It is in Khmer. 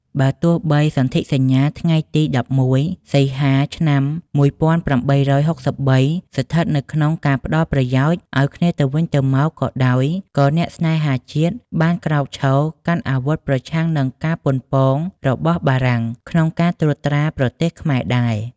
បើទោះបីសន្ធិសញ្ញាថ្ងៃទី១១ សីហា ឆ្នាំ ១៨៦៣ ស្ថិតនៅក្នុងការផ្តល់ប្រយោជន៍ឱ្យគ្នាទៅវិញទៅមកក៏ដោយ ក៏អ្នកស្នេហាជាតិ បានក្រោកឈរកាន់អាវុធប្រឆាំងនឹងការប៉ុនប៉ងរបស់បារាំងក្នុងការត្រួតត្រាប្រទេសខ្មែរដែរ។